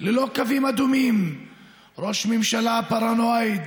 אתה קורא לראש ממשלה ראש מאפיה?